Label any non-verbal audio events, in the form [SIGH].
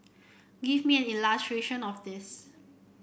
give me an [UNINTELLIGIBLE] of this